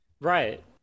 Right